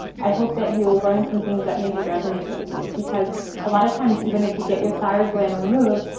i hope that you will learn some things that maybe resonate with you because a lot of times, even if you get your thyroid gland removed,